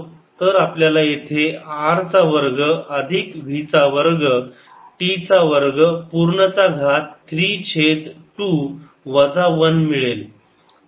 तर आपल्याला येथे R चा वर्ग अधिक v चा वर्ग t चा वर्ग पूर्ण चा घात 3 छेद 2 वजा 1 मिळेल